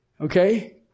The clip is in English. Okay